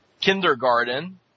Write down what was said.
kindergarten